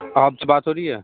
साहब से बात हो रही है